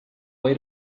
way